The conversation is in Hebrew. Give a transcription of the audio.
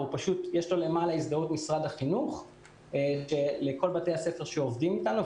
יש לו הזדהות משרד החינוך לכל בתי הספר שעובדים איתנו,